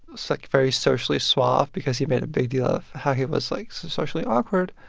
so like, very socially suave because he made a big deal of how he was, like, so socially awkward.